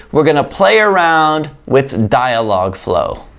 we're gonna play around with dialogflow.